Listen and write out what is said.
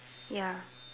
ya